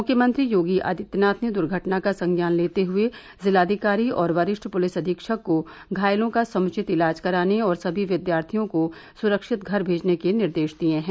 मुख्यमंत्री योगी आदित्यनाथ ने दुर्घटना का संज्ञान लेते हुए जिलाधिकारी और वरिष्ठ पुलिस अधीक्षक को घायलों का समुचित इलाज कराने और सभी विद्यार्थियों को सुरक्षित घर भेजने के निर्देश दिए हैं